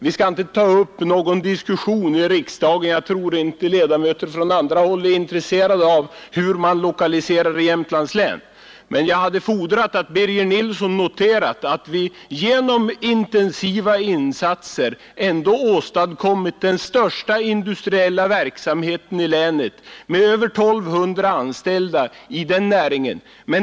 Vi skall inte ta upp någon diskussion i riksdagen om detta — jag tror inte att ledamöter från andra håll är intresserade av lokaliseringen inom Jämtlands län — men jag kan fordra att Birger Nilsson noterar att man genom intensiva insatser ändå åstadkommit den största industriella verksamheten i länet, med över 1 200 anställda i näringen.